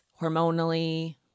hormonally